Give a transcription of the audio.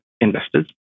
Investors